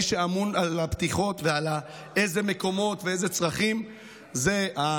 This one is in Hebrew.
מי שאמון על הפתיחות ועל איזה מקומות ואיזה צרכים הוא המשטרה.